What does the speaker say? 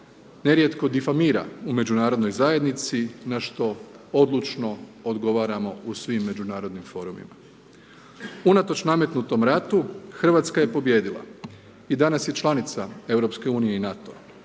nerijetko difamira u međunarodnoj zajednici na što odlučno odgovaramo u svim međunarodnim forumima. Unatoč nametnutom ratu, Hrvatska je pobijedila i danas je članica EU i NATO-a,